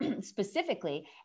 specifically